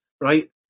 right